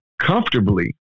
comfortably